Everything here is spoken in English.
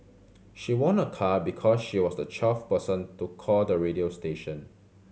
she won a car because she was the twelfth person to call the radio station